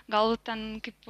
gal ten kaip